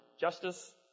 Justice